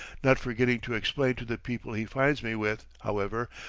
not forgetting to explain to the people he finds me with, however,